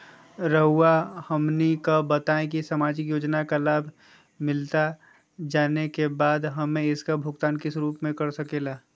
रहुआ हमने का बताएं की समाजिक योजना का लाभ मिलता जाने के बाद हमें इसका भुगतान किस रूप में कर सके ला?